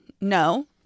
no